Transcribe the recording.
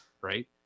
right